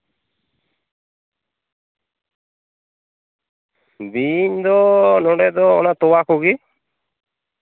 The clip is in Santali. ᱵᱤᱧ ᱫᱚ ᱱᱚᱸᱰᱮ ᱫᱚ ᱚᱱᱮ ᱛᱚᱣᱟ ᱠᱚᱜᱮ